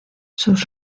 sus